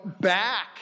back